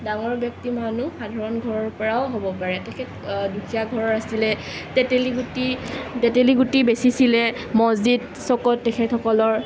ডাঙৰ ব্যক্তিৰ মানুহ সাধাৰণ ঘৰৰ পৰাও হ'ব পাৰে তেখেত দুখীয়া ঘৰৰ আছিলে তেতেলী গুটি বেচিছিলে মদজিদ তেখেতসকলৰ